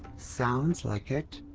sounds like it.